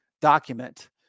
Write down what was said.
document